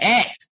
act